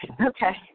Okay